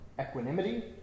equanimity